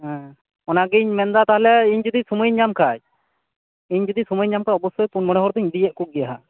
ᱦᱮᱸᱻ ᱚᱱᱟᱜᱮᱧ ᱢᱮᱱᱫᱟ ᱛᱟᱦᱚᱞᱮ ᱤᱧ ᱡᱩᱫᱤ ᱥᱚᱢᱚᱭᱤᱧ ᱧᱟᱢ ᱠᱷᱟᱡ ᱤᱧ ᱡᱩᱫᱤ ᱥᱚᱢᱚᱭᱤᱧ ᱧᱟᱢᱠᱷᱟᱡ ᱚᱵᱚᱥᱭᱚ ᱯᱩᱱ ᱢᱚᱲᱮ ᱦᱚᱲ ᱫᱚᱹᱧ ᱤᱫᱤᱭᱮᱫ ᱠᱳ ᱜᱮᱭᱟᱦᱟᱸᱜ